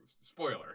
Spoiler